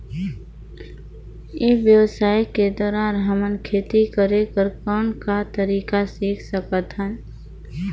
ई व्यवसाय के द्वारा हमन खेती करे कर कौन का तरीका सीख सकत हन?